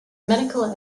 medical